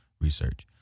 research